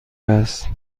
است